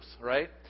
right